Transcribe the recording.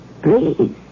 Please